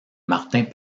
martins